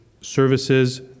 services